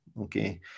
okay